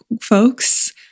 folks